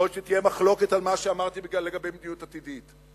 יכול להיות שתהיה מחלוקת על מה שאמרתי לגבי מדיניות עתידית,